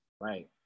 Right